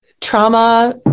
trauma